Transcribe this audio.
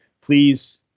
please